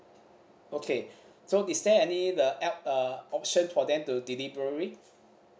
okay so is there any the app uh option for them to delivery